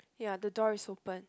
ya the door is open